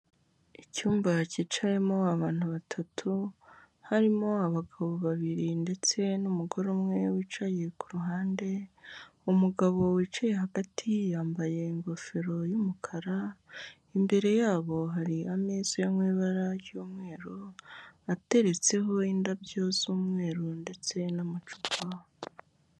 Icyumba cyicayemo abantu batatu harimo abagabo babiri ndetse n'umugore umwe wicaye ku ruhande, umugabo wicaye hagati yambaye ingofero y'umukara, imbere y'abo hari ameza yo mu ibara ry'umweru ateretseho indabyo z'umweru ndetse n'amacupa.